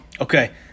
Okay